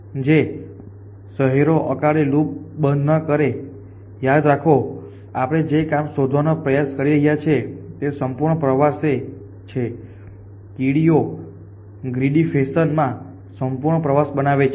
જે શહેરો અકાળે લૂપ બંધ નહીં કરે યાદ રાખો કે આપણે જે કામ શોધવાનો પ્રયાસ કરી રહ્યા છીએ તે સંપૂર્ણ પ્રવાસ છે કીડીઓ ગ્રીડી ફેશન માં સંપૂર્ણ પ્રવાસ બનાવે છે